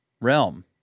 realm